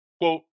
Quote